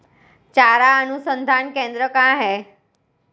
चारा अनुसंधान केंद्र कहाँ है?